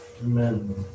Amen